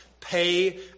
pay